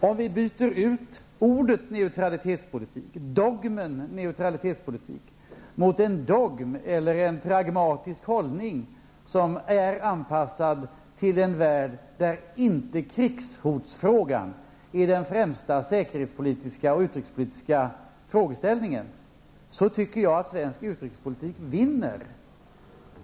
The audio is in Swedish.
Om vi byter ut ordet neutralitetspolitik, dogmen neutralitetspolitik, mot en pragmatisk hållning som är anpassad till den värld som inte har krigshotet som den främsta säkerhets och utrikespolitiska frågan, så tycker jag att svensk utrikespolitik vinner.